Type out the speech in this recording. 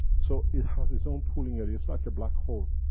so, it has its own pulling area its like a black hole.